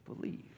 believe